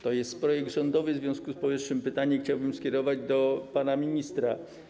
To jest projekt rządowy, w związku z powyższym pytanie chciałbym skierować do pana ministra.